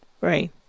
Right